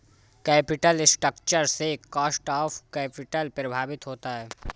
capital structure से cost of capital प्रभावित होता है